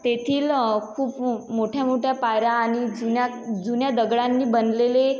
तेथील खूप मोठ्या मोठ्या पायऱ्या आणि जुन्या जुन्या दगडांनी बनलेले